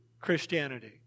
Christianity